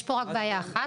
יש פה רק בעיה אחת.